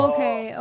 Okay